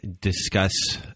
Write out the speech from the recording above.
discuss